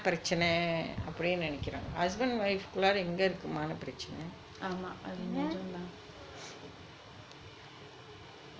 ஆமா அது நிஜந்தான்:ama athu nijanthan